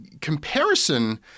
comparison